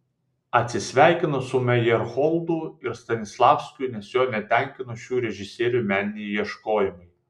atsisveikino su mejerholdu ir stanislavskiu nes jo netenkino šių režisierių meniniai ieškojimai